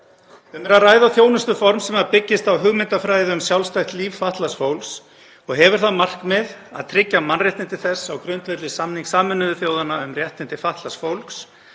Um er að ræða þjónustuform sem byggist á hugmyndafræði um sjálfstætt líf fatlaðs fólks og hefur það markmið að tryggja mannréttindi þess á grundvelli samnings Sameinuðu þjóðanna um réttindi fatlaðs fólks,